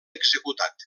executat